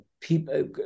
people